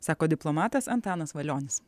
sako diplomatas antanas valionis